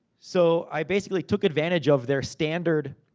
so, i basically took advantage of their standard,